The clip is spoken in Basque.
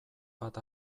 bat